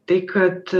tai kad